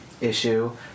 issue